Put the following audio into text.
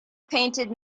painted